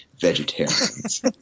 vegetarians